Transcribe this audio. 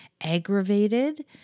aggravated